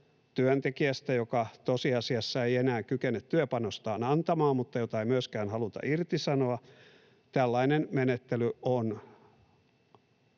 työntekijästä, joka tosiasiassa ei enää kykene työpanostaan antamaan mutta jota ei myöskään haluta irtisanoa — ovat liian